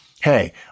hey